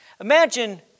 Imagine